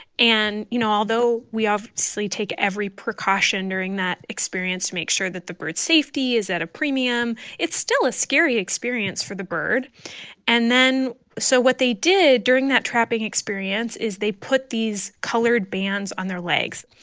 and, you know, although we obviously take every precaution during that experience to make sure that the bird's safety is at a premium, it's still a scary experience for the bird and then so what they did during that trapping experience is they put these colored bands on their legs,